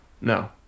No